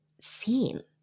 seen